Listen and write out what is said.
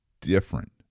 different